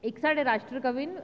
इक्क साढ़े राश्ट्र कवि न